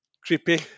creepy